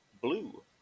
Blue